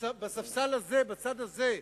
בספסל הזה, בצד הזה,